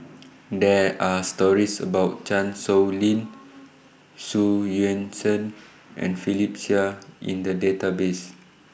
There Are stories about Chan Sow Lin Xu Yuan Zhen and Philip Chia in The Database